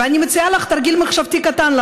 ואני מציעה לך לעשות תרגיל מחשבתי קטן.